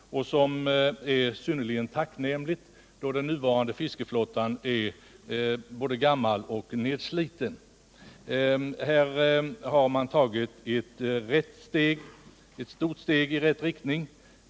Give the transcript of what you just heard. Detta är synner ligen tacknämligt, då den nuvarande fiskeflottan är både gammal och nedsliten. Här har ett stort steg tagits i rätt riktning.